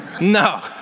No